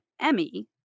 Emmy